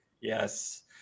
Yes